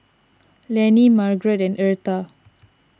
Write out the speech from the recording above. Lannie Margrett and Eartha